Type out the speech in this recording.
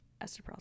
Esther